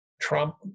Trump